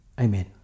Amen